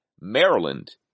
Maryland